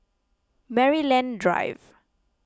Maryland Drive